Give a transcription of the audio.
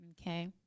Okay